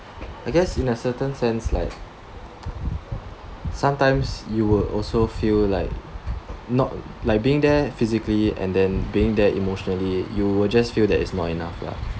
I guess in a certain sense like sometimes you would also feel like not like being there physically and then being there emotionally you would just feel that it's not enough lah